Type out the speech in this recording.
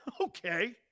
Okay